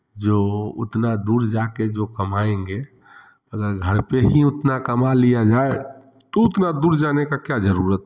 जो उतना दूर जा के जो कमाएँगे अगर घर पर ही उतना कमा लिया जाए तो उतना दूर जाने का क्या जरुरत